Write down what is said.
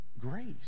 grace